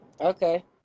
okay